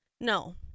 No